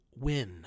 win